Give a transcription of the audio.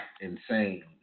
insane